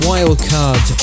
Wildcard